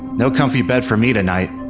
no comfy bed for me tonight.